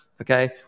Okay